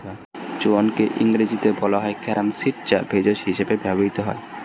জোয়ানকে ইংরেজিতে বলা হয় ক্যারাম সিড যা ভেষজ হিসেবে ব্যবহৃত হয়